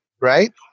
Right